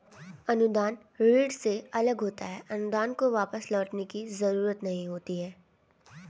अनुदान ऋण से अलग होता है अनुदान को वापस लौटने की जरुरत नहीं होती है